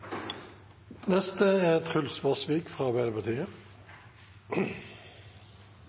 neste innlegg, som er fra